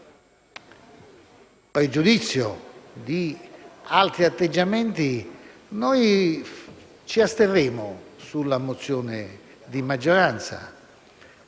senza pregiudizio di altri atteggiamenti, noi ci asterremo sulla risoluzione di maggioranza.